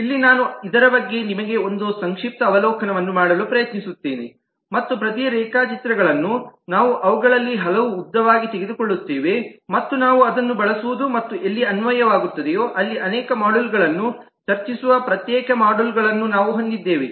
ಇಲ್ಲಿ ನಾನು ಇದರ ಬಗ್ಗೆ ನಿಮಗೆ ಒಂದು ಸಂಕ್ಷಿಪ್ತ ಅವಲೋಕನವನ್ನು ಮಾಡಲು ಪ್ರಯತ್ನಿಸುತ್ತೇನೆ ಮತ್ತು ಪ್ರತಿ ರೇಖಾಚಿತ್ರಗಳನ್ನು ನಾವು ಅವುಗಳಲ್ಲಿ ಹಲವು ಉದ್ದವಾಗಿ ತೆಗೆದುಕೊಳ್ಳುತ್ತೇವೆ ಮತ್ತು ನಾವು ಅದನ್ನು ಬಳಸುವುದು ಮತ್ತು ಎಲ್ಲಿ ಅನ್ವಯವಾಗುತ್ತದೆಯೋ ಅಲ್ಲಿ ಅನೇಕ ಮಾಡ್ಯೂಲ್ಗಳನ್ನು ಚರ್ಚಿಸುವ ಪ್ರತ್ಯೇಕ ಮಾಡ್ಯೂಲ್ಗಳನ್ನು ನಾವು ಹೊಂದಿದ್ದೇವೆ